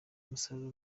umusaruro